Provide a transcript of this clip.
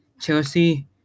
Chelsea